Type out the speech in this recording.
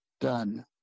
done